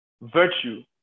virtue